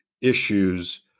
issues